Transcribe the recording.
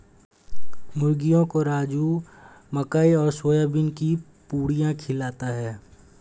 मुर्गियों को राजू मकई और सोयाबीन की पुड़िया खिलाता है